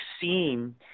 seen